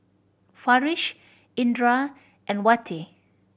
Farish Indra and Wati